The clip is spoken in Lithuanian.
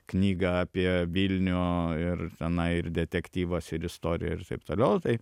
knygą apie vilnių ir tenai ir detektyvas ir istorija ir taip toliau tai